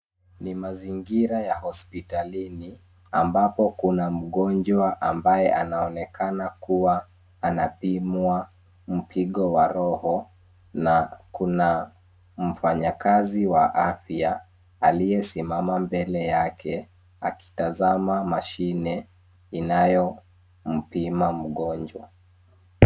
Ni mazingira ya hospitalini, ambapo kuna mgonjwa ambaye anaoneka kuwa anapimwa mpigo wa roho na kuna mfanyakazi wa afya, aliyesimama mbele yake, akitazama mashine inayompima mgonjwa.